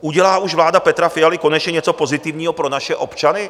Udělá už vláda Petra Fialy konečně něco pozitivního pro naše občany?